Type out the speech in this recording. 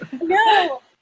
No